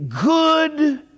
good